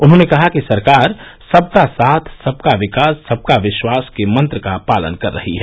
उन्होंने कहा कि सरकार सबका साथ सबका विकास सबका विश्वास के मंत्र का पालन कर रही है